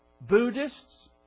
Buddhists